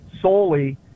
solely